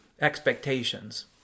expectations